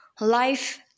Life